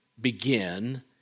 begin